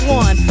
one